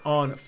on